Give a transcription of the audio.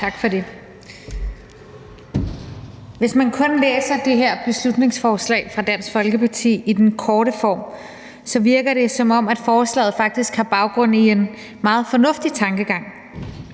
Tak for det. Hvis man kun læser det her beslutningsforslag fra Dansk Folkeparti i den korte form, virker det, som om forslaget faktisk har baggrund i en meget fornuftig tankegang